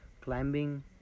climbing